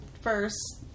first